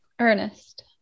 Ernest